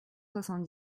soixante